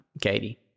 Katie